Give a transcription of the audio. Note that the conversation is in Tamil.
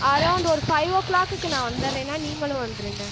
அரவுண்ட் ஒரு பைவ் ஓ கிளாக்குக்கு நான் வந்துடுறேன்னா நீங்களும் வந்துருங்கள்